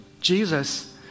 Jesus